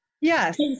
Yes